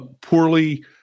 poorly